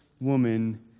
woman